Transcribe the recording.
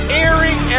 airing